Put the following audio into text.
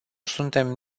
suntem